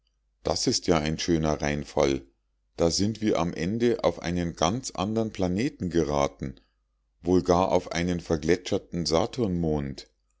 das ist ja ein schöner reinfall da sind wir am ende auf einen ganz andern planeten geraten wohl gar auf einen vergletscherten